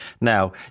Now